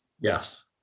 Yes